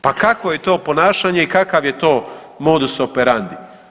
Pa kakvo je to ponašanje i kakav je to modus operandi?